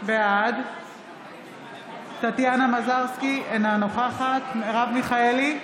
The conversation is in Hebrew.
בעד טטיאנה מזרסקי, אינה נוכחת מרב מיכאלי,